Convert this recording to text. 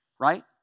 right